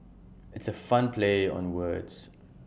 it's A fun play on words